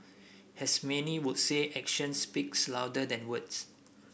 as many would say actions speaks louder than words